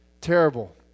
Terrible